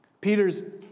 Peter's